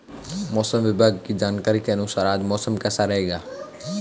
मौसम विभाग की जानकारी के अनुसार आज मौसम कैसा रहेगा?